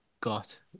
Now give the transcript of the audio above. got